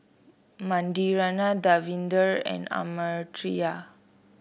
Manindra Davinder and Amartya